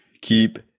keep